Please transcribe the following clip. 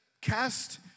cast